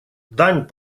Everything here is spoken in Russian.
дань